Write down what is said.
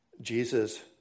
Jesus